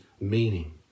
meaning